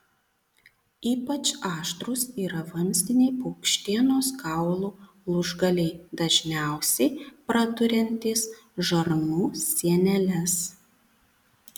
ypač aštrūs yra vamzdiniai paukštienos kaulų lūžgaliai dažniausiai praduriantys žarnų sieneles